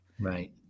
Right